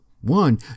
one